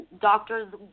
doctors